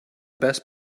best